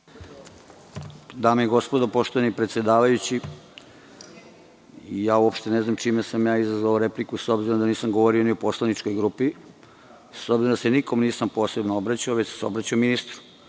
Dame i gospodo, poštovani predsedavajući, uopšte ne znam čime sam izazvao repliku, s obzirom da nisam govorio ni o poslaničkoj grupi, nisam se nikome posebno obraćao, već sam se obraćao ministru.